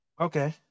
Okay